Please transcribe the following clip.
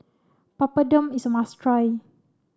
Papadum is a must try